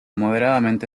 moderadamente